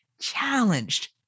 challenged